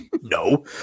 No